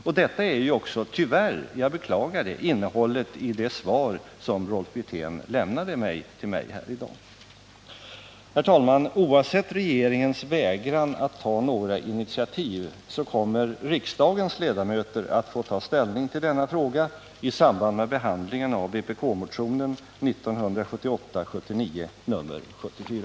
Och detta är ju tyvärr — jag beklagar det — även innehållet i det svar som Rolf Wirtén lämnat till mig här i dag. Herr talman! Oavsett regeringens vägran att ta några initiativ kommer riksdagens ledamöter att få ta ställning till denna fråga i samband med behandlingen av vpk-motionen 1978/79:792.